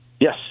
Yes